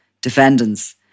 defendants